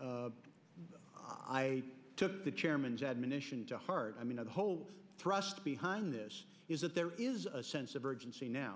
me i took the chairman's admonition to heart i mean the whole thrust behind this is that there is a sense of urgency now